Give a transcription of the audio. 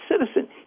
citizen